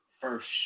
first